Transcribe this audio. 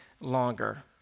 longer